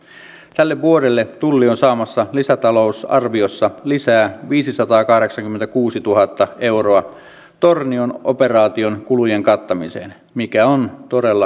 nyt laeilla pyritään tukemaan vahvemmassa asemassa olevia työnantajia ja määrittelemään maksimitasoja joiden yli ei saa työehtosopimuksilla sopia